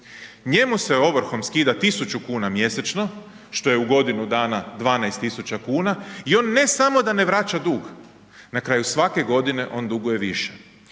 Njemu se ovrhom skida 1000 kuna mjesečno što je u godinu dana 12 000 kuna i on ne samo da ne vraća dug, na kraju svake godine, on duguje više,